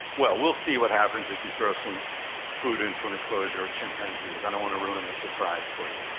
well, we'll see what happens if you throw some food into an enclosure of chimpanzees, i don't want to ruin the surprise for you.